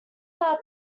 are